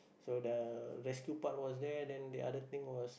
so the rescue part was there then the other thing was